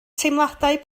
teimladau